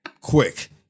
Quick